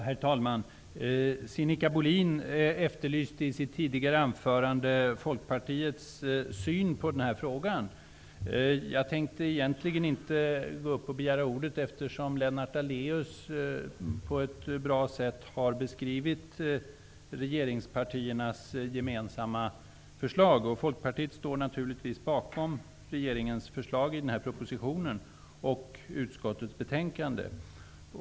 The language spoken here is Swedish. Herr talman! Sinikka Bohlin efterlyste i sitt tidigare anförande Folkpartiets syn på denna fråga. Jag hade egentligen inte tänkt begära ordet, eftersom Lennart Daléus på ett bra sätt har beskrivit regeringspartiernas gemensamma förslag. Folkpartiet står naturligtvis bakom regeringens förslag i propositionen och utskottets betänkande.